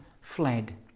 fled